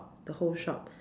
the whole shop